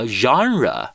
genre